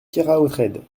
keraotred